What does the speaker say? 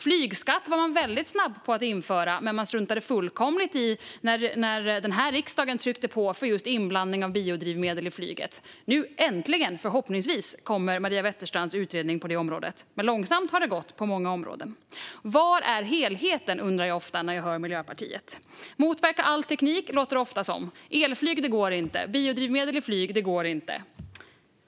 Flygskatt var man väldigt snabb med att införa, men man struntade fullkomligt i att riksdagen tryckte på för inblandning av biodrivmedel i flygbränslet. Nu kommer förhoppningsvis äntligen Maria Wetterstrands utredning i den frågan, men långsamt har det gått på många områden. Var är helheten, undrar jag ofta när jag hör Miljöpartiets företrädare. Man vill motverka all teknik, låter det ofta som. Elflyg går inte. Biodrivmedel för flyg går inte.